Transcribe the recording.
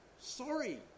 sorry